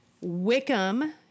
Wickham